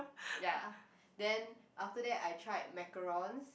ya then after that I tried macarons